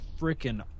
freaking